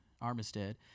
Armistead